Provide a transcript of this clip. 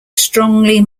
strongly